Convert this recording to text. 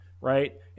right